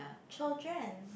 children